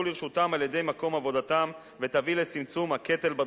לרשותם על-ידי מקום עבודתם ותביא לצמצום הקטל בדרכים.